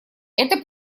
это